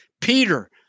Peter